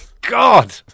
God